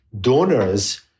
donors